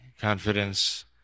confidence